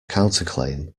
counterclaim